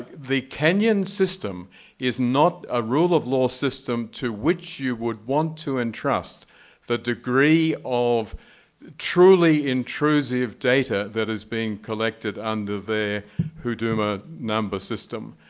the kenyan system is not a rule of law system to which you would want to entrust the degree of truly intrusive data that is being collected under the huduma number system.